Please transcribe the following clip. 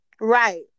Right